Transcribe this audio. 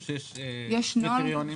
יש קריטריון,